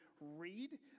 read